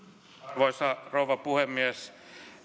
arvoisa rouva puhemies